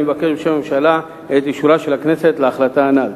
אני מבקש בשם הממשלה את אישורה של הכנסת להחלטה הנ"ל.